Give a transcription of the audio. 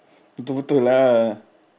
betul-betul lah